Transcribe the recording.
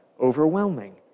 overwhelming